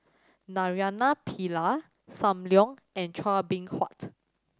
Naraina Pillai Sam Leong and Chua Beng Huat